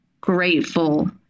grateful